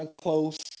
close